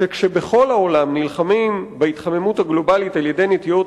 שכשבכל העולם נלחמים בהתחממות הגלובלית על-ידי נטיעות